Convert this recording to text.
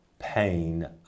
Pain